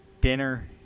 dinner